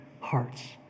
hearts